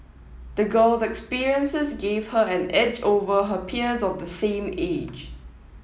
the girl's experiences gave her an edge over her peers of the same age